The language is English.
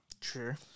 Sure